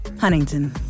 Huntington